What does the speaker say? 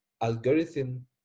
algorithm